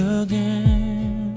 again